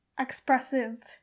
expresses